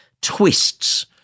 twists